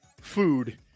food